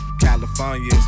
California